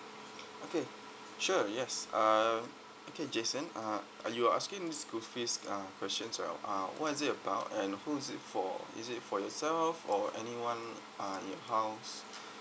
okay sure yes uh okay jason uh are you asking me school fees uh questions or uh what is it about and who is it for is it for yourself or anyone uh in your house